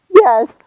yes